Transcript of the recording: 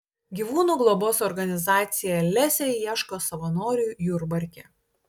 gyvūnų globos organizacija lesė ieško savanorių jurbarke